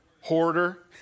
Hoarder